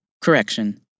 Correction